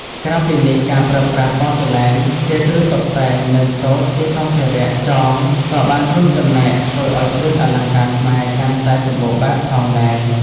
ក្រៅពីនេះ ការប្រើប្រាស់ប៉សឺឡែនជាគ្រឿងតុបតែង និងសូត្រជាសម្ភារៈចង ក៏បានរួមចំណែកធ្វើឱ្យគ្រឿងអលង្ការខ្មែរកាន់តែសម្បូរបែបផងដែរ។